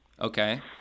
Okay